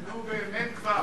נו, באמת, כבר.